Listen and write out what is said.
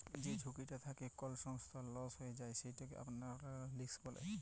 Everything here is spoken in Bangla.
যে ঝুঁকিটা থ্যাকে কল সংস্থার লস হঁয়ে যায় সেটকে অপারেশলাল রিস্ক ব্যলে